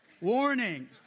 Warning